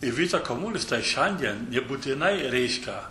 ir vita komunis tai šiandien nebūtinai reiškia